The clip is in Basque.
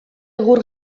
egur